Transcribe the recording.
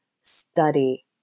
study